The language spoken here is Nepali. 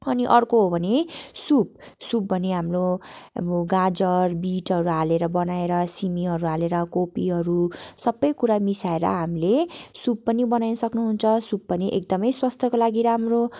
अनि अर्को हो भने सुप सुप भने हाम्रो गाजर बिटहरू हालेर बनाएर सिमीहरू हालेर कोपीहरू सबै कुरा मिसाएर हामीले सुप पनि बनाउनु सक्नुहुन्छ सुप पनि एकदमै स्वास्थ्यको लागि राम्रो